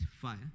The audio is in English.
fire